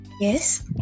Yes